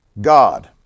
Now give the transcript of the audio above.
God